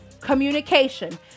communication